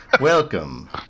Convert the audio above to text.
Welcome